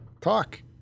Talk